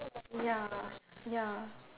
ya ya